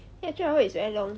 ya three hour is very long